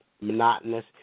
monotonous